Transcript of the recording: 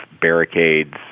barricades